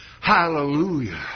Hallelujah